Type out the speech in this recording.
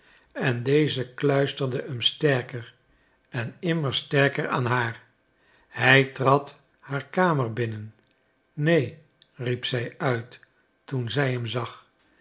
en deze kluisterde hem sterker en immer sterker aan haar hij trad haar kamer binnen neen riep zij uit toen zij hem zag